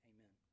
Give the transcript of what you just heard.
Amen